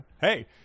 hey